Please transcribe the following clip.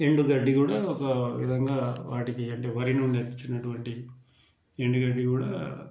ఎండుగడ్డి కూడా ఒక విధంగా వాటికి అంటే వరి నుండి వచ్చినటువంటి ఎండుగడ్డి కూడా